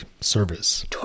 service